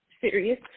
serious